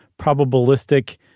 probabilistic